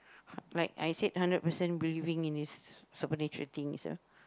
like I said hundred percent believing in these supernatural things ah